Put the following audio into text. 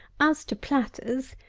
as to platters,